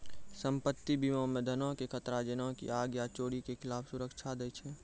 सम्पति बीमा मे धनो के खतरा जेना की आग या चोरी के खिलाफ सुरक्षा दै छै